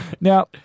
Now